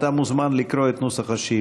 אתה מוזמן לקרוא את נוסח השאילתה.